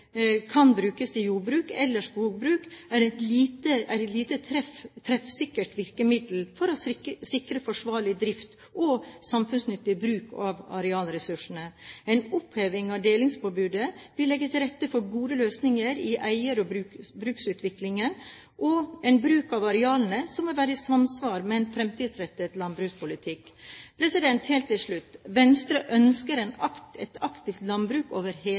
kan brukes til jordbruk eller skogbruk, er et lite treffsikkert virkemiddel for å sikre forsvarlig drift og samfunnsnyttig bruk av arealressursene. En oppheving av delingsforbudet vil legge til rette for gode løsninger i eier- og bruksutvikling og en bruk av arealene som vil være i samsvar med en fremtidsrettet landbrukspolitikk. Helt til slutt: Venstre ønsker et aktivt landbruk over hele